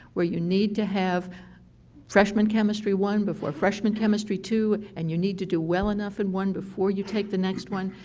where you need to have freshman chemistry one before freshman chemistry to and you need to do well enough in one before you take the next one.